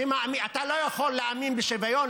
אתה לא יכול להאמין בשוויון,